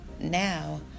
Now